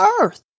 earth